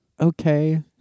Okay